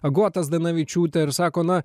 agota zdanavičiūtė ir sako na